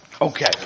Okay